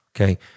okay